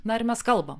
na ir mes kalbam